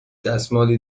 دستمالی